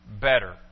better